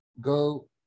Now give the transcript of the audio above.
go